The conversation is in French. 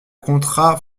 contrat